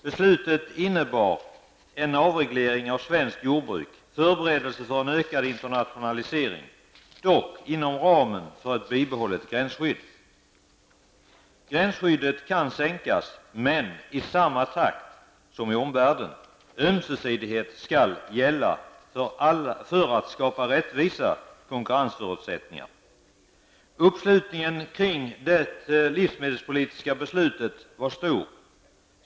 Beslutet innebar en avreglering av svenskt jordbruk, förberedelser för en ökad internationalisering, dock inom ramen för ett bibehållet gränsskydd. Gränsskyddet kan sänkas, men i samma takt som i omvärlden. Ömsesidighet skall gälla för att skapa rättvisa konkurrensförutsättningar. Uppslutningen kring det livsmedelspolitiska beslutet var stor.